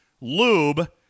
Lube